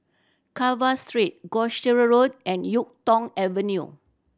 Carver Street Gloucester Road and Yuk Tong Avenue